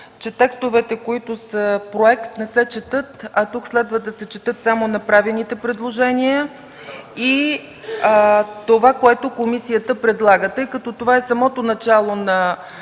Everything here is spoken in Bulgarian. че текстовете, които са проект, не се четат, а тук следва да се четат само направените предложения и това, което комисията предлага. Тъй като това е самото начало на